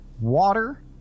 water